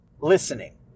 listening